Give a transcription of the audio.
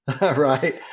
Right